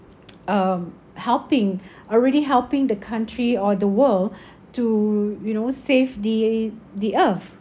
um helping already helping the country or the world to you know save the the earth